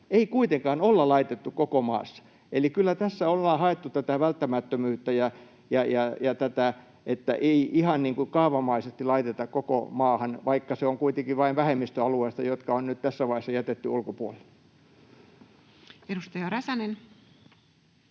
ei kuitenkaan olla laitettu voimaan koko maassa, eli kyllä tässä ollaan haettu tätä välttämättömyyttä ja tätä, että ei ihan kaavamaisesti laiteta koko maahan, vaikka se on kuitenkin vain vähemmistö alueesta, joka on nyt tässä vaiheessa jätetty ulkopuolelle. [Speech